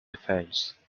defense